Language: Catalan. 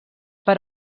per